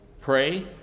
pray